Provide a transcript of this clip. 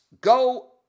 go